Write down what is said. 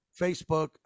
Facebook